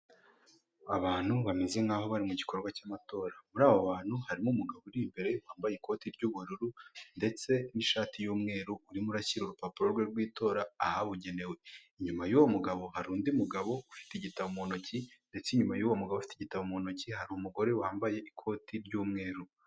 Abantu bameze nkaho bari mu gikorwa cy'amatora, muri abo bantu harimo umugabo uri imbere wambaye ikoti ry'ubururu ndetse n'ishati y'umweru urimo urashyira urupapuro rwe rw'itora ahabugenewe, inyuma y'uwo mugabo hari undi mugabo ufite igitabo mu ntoki ndetse inyuma y'uwo mugabo ufite igitabo mu ntoki hari umugore wambaye ikoti ry'umweru.